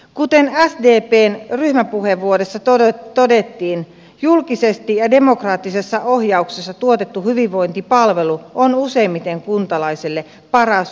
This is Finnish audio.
kuten has been ceen hyvä puhe sdpn ryhmäpuheenvuorossa todettiin julkisesti ja demokraattisessa ohjauksessa tuotettu hyvinvointipalvelu on useimmiten kuntalaisille paras vaihtoehto